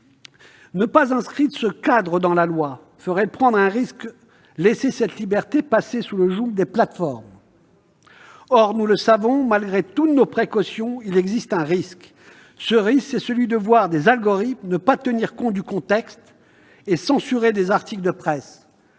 Ne pas inscrire ce cadre dans la loi ferait prendre le risque de laisser cette liberté passer sous le joug des plateformes. Or, nous le savons, malgré toutes nos précautions, le risque de voir des algorithmes ne pas tenir compte du contexte et censurer des articles de presse